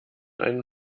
einen